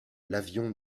l’avion